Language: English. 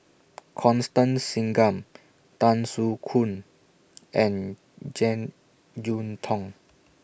Constance Singam Tan Soo Khoon and Jek Yeun Thong